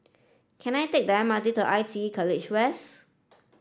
can I take the M R T to ITE College West